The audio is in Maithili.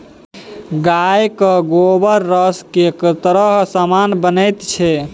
गायक गोबरसँ कैक तरहक समान बनैत छै